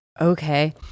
okay